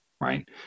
Right